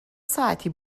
ساعتی